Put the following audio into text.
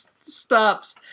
stops